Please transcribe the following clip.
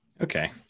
Okay